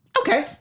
Okay